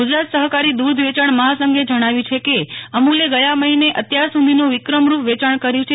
ગુજરાત સહકારી દૂધ વેંચાણ મહાસંઘે જણાવ્યું છે કે અમૂલે ગયા મહિને અત્યાર સુધીનું વિક્રમ રૂપ વચાણ કર્યું છે